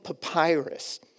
Papyrus